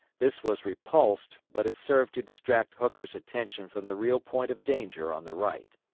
this was repulsed but it served to distract hooker's attention from the real point of danger on the right.